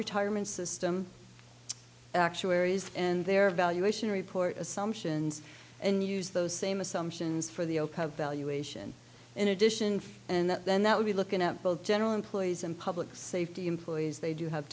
retirement system actuaries and their valuation report assumptions and use those same assumptions for the valuation in addition and then that would be looking at both general employees and public safety employees they do have